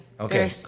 Okay